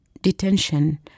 detention